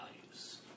values